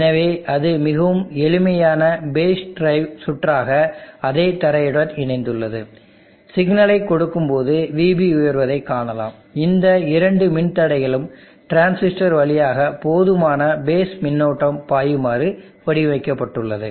எனவே அது மிகவும் எளிமையான பேஸ் டிரைவ் சுற்றாக அதே தரையுடன் இணைந்துள்ளது சிக்னலை கொடுக்கும் போது Vb உயர்வதை காணலாம் இந்த இரண்டு மின் தடைகளும் டிரான்சிஸ்டர் வழியாக போதுமான பேஸ் மின்னோட்டம் பாயுமாறு வடிவமைக்கப்பட்டுள்ளது